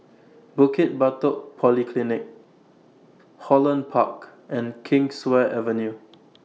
Bukit Batok Polyclinic Holland Park and Kingswear Avenue